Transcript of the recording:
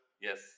Yes